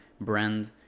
brand